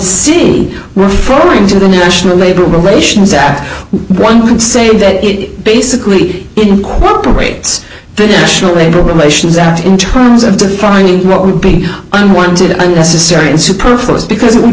were referring to the national labor relations act one could say that it basically incorporates the national labor relations act in terms of defining what would be unwarranted unnecessary and superfluous because it w